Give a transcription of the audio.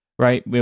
right